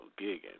gigging